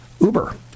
Uber